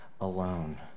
alone